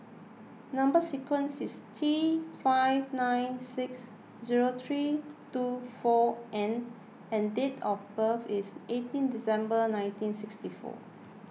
Number Sequence is T five nine six zero three two four N and date of birth is eighteen December nineteen sixty four